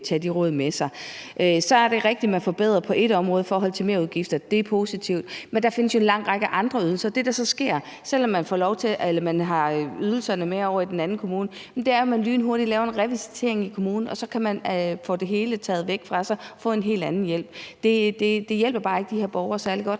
tage de råd med sig. Så er det rigtigt, at man forbedrer på ét område i forhold til merudgifter – det er positivt. Men der findes jo en lang række andre ydelser. Det, der så sker, når borgeren har lov til at tage ydelserne med over til en anden kommune, er jo, at man lynhurtigt laver en revisitering i kommunen, og så kan borgeren få taget det hele fra sig og få en helt anden hjælp. Det hjælper bare ikke de her borgere særlig godt.